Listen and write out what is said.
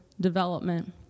development